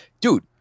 Dude